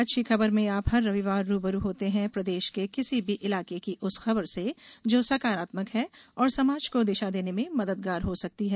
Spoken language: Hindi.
अच्छी खबर में आप हर रविवार रू ब रू होते हैं प्रदेश के किसी भी इलाके की उस खबर से जो सकारात्मक है और समाज को दिशा देने में मददगार हो सकती है